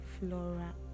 Flora